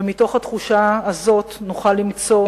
ומתוך התחושה הזאת נוכל למצוא